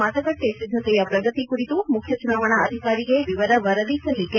ಮತಗಟ್ಟೆ ಸಿದ್ದತೆಯ ಪ್ರಗತಿ ಕುರಿತು ಮುಖ್ಯ ಚುನಾವಣಾ ಅಧಿಕಾರಿಗೆ ವಿವರ ವರದಿ ಸಲ್ಲಿಕೆ